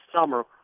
summer